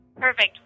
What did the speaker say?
Perfect